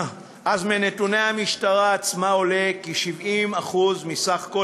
אז מנתוני המשטרה עצמה עולה כי 70% מסך כל